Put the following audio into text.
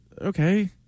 okay